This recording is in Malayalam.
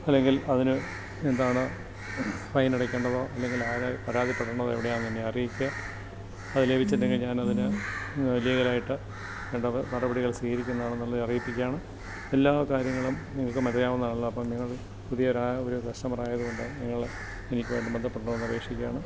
അല്ലെങ്കിൽ അതിന് എന്താണ് ഫൈൻ അടക്കേണ്ടത് അല്ലെങ്കിൽ ആരെ പരാതിപ്പെടേണ്ടത് എവിടെയാണ് എന്നെ അറിയിക്കുക അത് ലഭിച്ചില്ലെങ്കിൽ ഞാൻ അതിന് ലീഗൽ ആയിട്ട് വേണ്ടത് നടപടികൾ സ്വീകരിക്കുന്നതാണ് എന്നുള്ളത് അറിയിക്കുകയാണ് എല്ലാ കാര്യങ്ങളും നിങ്ങൾക്കും അറിയാവുന്നതാണല്ലോ അപ്പോൾ നിങ്ങൾ പുതിയ ഒരു കസ്റ്റമർ ആയതുകൊണ്ട് നിങ്ങൾ എനിക്ക് വേണ്ടി ബന്ധപ്പെടണം എന്ന് അപേക്ഷിക്കുകയാണ്